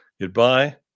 Goodbye